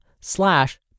slash